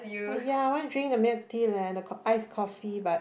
oh ya want drink the milk tea leh the iced coffee but